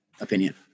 opinion